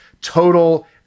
total